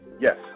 Yes